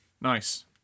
Nice